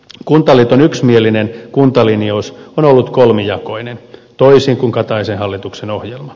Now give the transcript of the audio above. kuntaliiton yksimielinen kuntalinjaus on ollut kolmijakoinen toisin kuin kataisen hallituksen ohjelma